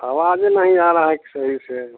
अवाज़ ही नहीं आ रहा एक सही से